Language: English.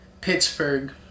Pittsburgh